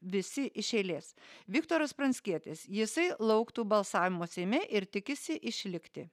visi iš eilės viktoras pranckietis jisai lauktų balsavimo seime ir tikisi išlikti